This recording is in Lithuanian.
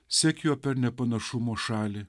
sek juo per nepanašumo šalį